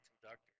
conductor